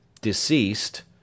Deceased